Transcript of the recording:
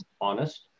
honest